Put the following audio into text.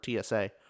TSA